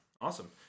Awesome